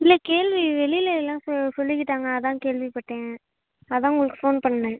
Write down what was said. இல்லை கேள்வி வெளியில எல்லாம் சொல்லிக்கிட்டாங்க அதான் கேள்விப்பட்டேன் அதான் உங்களுக்கு ஃபோன் பண்ணுணேன்